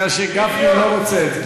בגלל שגפני לא רוצה את זה.